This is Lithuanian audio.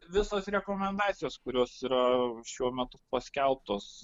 visos rekomendacijos kurios yra šiuo metu paskelbtos